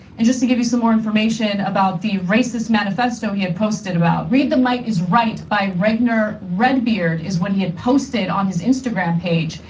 and just to give you some more information about the racist manifesto he had posted about. read the might is right by ragnar redbeard is what he had posted on his instagram page.